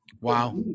Wow